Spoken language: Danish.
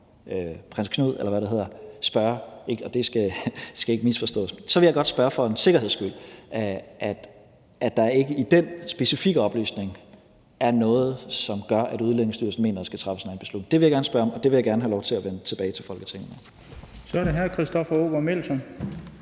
prins Knud, eller hvad det hedder, og det skal ikke misforstås, altså for en sikkerheds skyld spørge, om der ikke i den specifikke oplysning er noget, som gør, at Udlændingestyrelsen mener, at der skal træffes en anden beslutning. Det vil jeg gerne spørge om, og det vil jeg gerne have lov til at vende tilbage til Folketinget med. Kl. 14:35 Den fg.